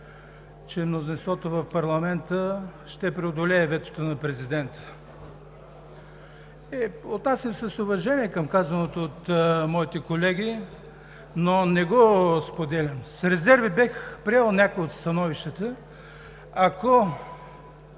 че мнозинството в парламента ще преодолее ветото на президента. Отнасям се с уважение към казаното от моите колеги, но не го споделям. С резерви бих приел някое от становищата, ако